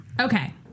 Okay